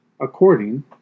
according